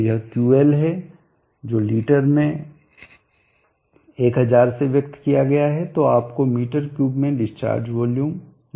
तो यह QL है जो लीटर में 1000 से व्यक्त किया गया है जो आपको मीटर क्यूब में डिस्चार्ज वॉल्यूम देगा